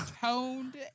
toned